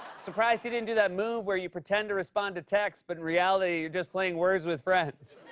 surprised he didn't do that move where you pretend to respond to texts, but in reality, you're just playing words with friends.